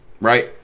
Right